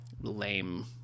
lame